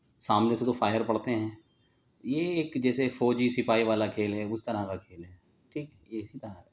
سامنے سے جو فائر پڑتے ہیں یہ ایک جیسے فوجی سپاہی والا کھیل ہے اس طرح کا کھیل ہے ٹھیک یہ اسی طرح کا